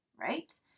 Right